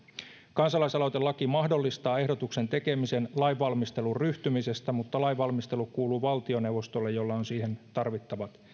kansalaisaloitelaki mahdollistaa ehdotuksen tekemisen lainvalmisteluun ryhtymisestä mutta lainvalmistelu kuuluu valtioneuvostolle jolla on siihen tarvittavat